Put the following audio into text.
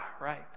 right